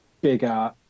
bigger